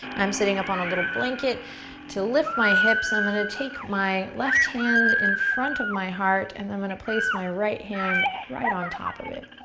i'm sitting up on a little blanket to lift my hips and i'm gonna take my left hand in front of my heart and then i'm gonna place my right hand right on top of it.